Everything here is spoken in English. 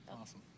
Awesome